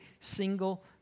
single